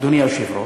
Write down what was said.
אדוני היושב-ראש,